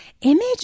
Image